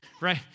right